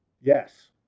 Yes